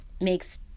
makes